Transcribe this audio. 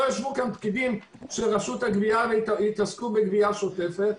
לא ישבו פקידים של רשות הגבייה והתעסקו בגבייה שוטפת.